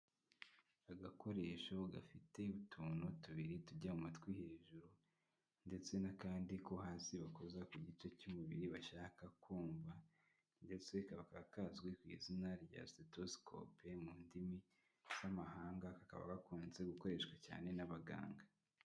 Agakoresho gafite utuntu tubiri tujya mu amatwi hejuru, ndetse n'akandi ko hasi bakoza ku gice cy'umubiri bashaka kumva ndetse, kakaba kazwi ku izina rya sitesikope mu ndimi z'amahanga, kakaba gakunzwe gukoreshwa cyane n'abaganga.